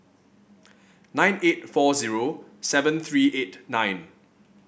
nine eight four zero seven three eight nine